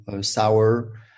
sour